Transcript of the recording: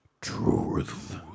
truth